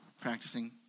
practicing